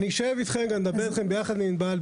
אני אשב איתכם יחד עם ענבל,